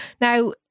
Now